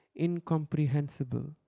incomprehensible